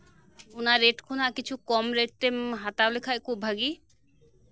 ᱚᱱᱟ ᱨᱮᱴ ᱠᱷᱚᱱ ᱠᱤᱪᱷᱩ ᱠᱚᱢ ᱨᱮᱴ ᱛᱮᱢ ᱦᱟᱛᱟᱣ ᱞᱮᱠᱷᱟᱱ ᱠᱷᱩᱵ ᱵᱷᱟᱜᱤ